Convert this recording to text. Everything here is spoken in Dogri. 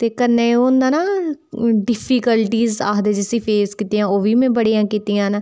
ते कन्नै ओह् होंदा न डिफीकल्टीज आखदे जिसी फेस कीतियां ओह् बी में बड़ियां कीतियां न